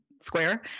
square